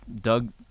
Doug